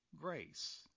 grace